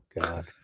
god